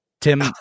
Tim